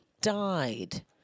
died